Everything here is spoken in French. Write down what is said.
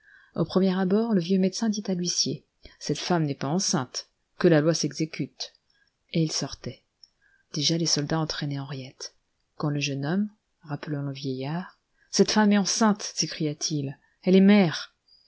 au premier abord le vieux médecin dit à l'huissier cette femme n'est pas enceinte que la loi s'exécute et il sortait déjà les soldats entraînaient henriette quand le jeune homme rappelant le vieillard cette femme est enceinte s'écria-t-il elle est mère